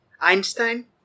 Einstein